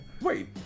Wait